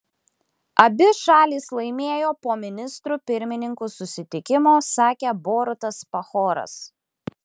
abi šalys laimėjo po ministrų pirmininkų susitikimo sakė borutas pahoras